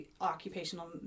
occupational